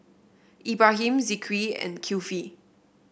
Ibrahim Zikri and Kifli